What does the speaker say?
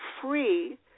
free